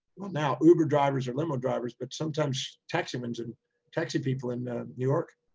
well now uber drivers are limo drivers, but sometimes taximans and taxi people in new york.